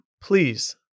please